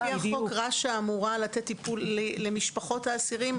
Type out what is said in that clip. לפי החוק רש"א אמורה לתת טיפול למשפחות האסירים,